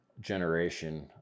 generation